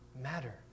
matter